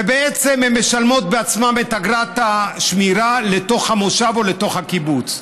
ובעצם הן משלמות בעצמן את אגרות השמירה לתוך המושב או לתוך הקיבוץ,